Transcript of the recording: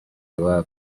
iwabo